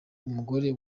umugore